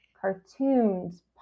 cartoons